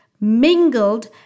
mingled